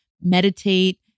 Meditate